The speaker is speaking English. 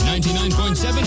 99.7